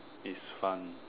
is fun